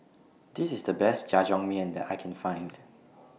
This IS The Best Jajangmyeon that I Can Find